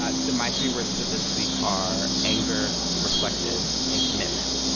ah so my three words for this week are anger, reflective and commitment.